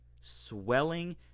swelling